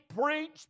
preach